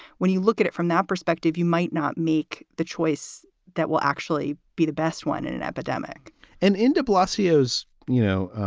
when you look at it from that perspective, you might not make the choice that will actually be the best one in an epidemic and in de blasio, as you know,